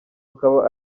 akaba